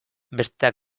besteak